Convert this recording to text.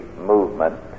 movement